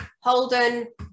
holden